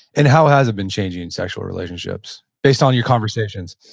and how has it been changing sexual relationships based on your conversations?